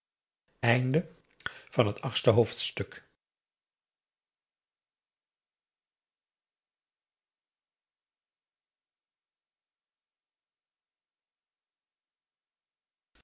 van een achtste